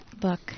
book